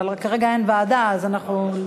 אבל כרגע אין ועדה, יש.